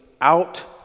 out